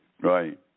Right